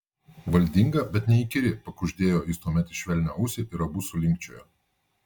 valdinga bet neįkyri pakuždėjo jis tuomet į švelnią ausį ir abu sulinkčiojo